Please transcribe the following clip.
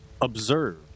observe